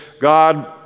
God